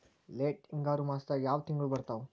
Late ಹಿಂಗಾರು ಮಾಸದಾಗ ಯಾವ್ ತಿಂಗ್ಳು ಬರ್ತಾವು?